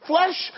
Flesh